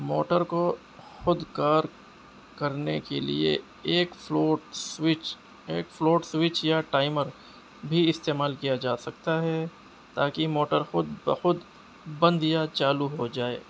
motor کو خود کار کرنے کے لیے ایک فلوٹ سوئچ ایک فلوٹ سوئچ یا ٹائمر بھی استعمال کیا جا سکتا ہے تاکہ موٹر خود بہ خود بند یا چالو ہو جائے